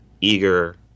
eager